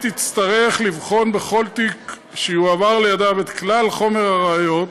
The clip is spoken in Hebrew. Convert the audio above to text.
יצטרך לבחון בכל תיק שיועבר לידיו את כלל חומר הראיות,